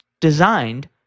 designed